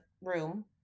room